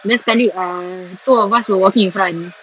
then sekali err two of us were walking in front